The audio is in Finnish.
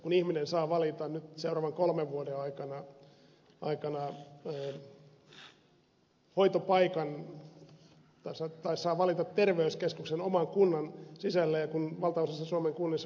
kun ihminen saa valita nyt seuraavan kolmen vuoden aikana hoitopaikan tai saa valita terveyskeskuksen oman kunnan sisällä ja kun valtaosassa suomen kunnissa kuten ed